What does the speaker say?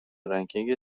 رنکینگ